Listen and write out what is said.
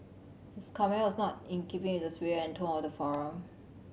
his comment was not in keeping with the spirit and tone of the